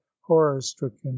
horror-stricken